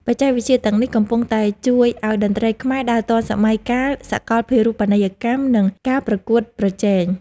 បច្ចេកវិទ្យាទាំងនេះកំពុងតែជួយឱ្យតន្ត្រីខ្មែរដើរទាន់សម័យកាលសកលភាវូបនីយកម្ម និង ការប្រកួតប្រជែង។